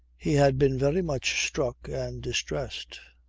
he had been very much struck and distressed.